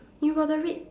you got the red